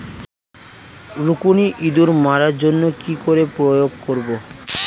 রুকুনি ইঁদুর মারার জন্য কি করে প্রয়োগ করব?